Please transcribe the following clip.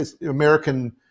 American